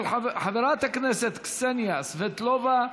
של חברת הכנסת קסניה סבטלובה,